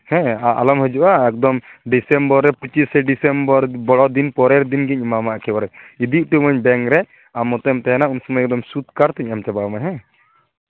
ᱦᱮᱸ ᱟᱞᱚᱢ ᱦᱤᱡᱩᱜᱼᱟ ᱮᱠᱫᱚᱢ ᱰᱤᱥᱮᱢᱵᱚᱨ ᱨᱮ ᱯᱚᱸᱪᱤᱥᱟ ᱰᱤᱥᱮᱢᱵᱚᱨ ᱵᱚᱲᱚ ᱫᱤᱱ ᱯᱚᱨ ᱯᱚᱨᱮᱨ ᱫᱤᱱᱜᱤᱧ ᱮᱢᱟᱢᱟ ᱯᱚᱨᱮ ᱤᱫᱤ ᱦᱚᱴᱚ ᱟᱹᱢᱟᱹᱧ ᱵᱮᱝᱠ ᱨᱮ ᱟᱢ ᱢᱚᱛᱚᱡ ᱮᱢ ᱛᱟᱦᱮᱱᱟ ᱩᱱ ᱥᱚᱢᱚᱭ ᱮᱠᱫᱚᱢ ᱥᱩᱫᱽ ᱠᱟᱨᱛᱤᱧ ᱮᱢ ᱪᱟᱵᱟ ᱟᱢᱟ ᱦᱮᱸ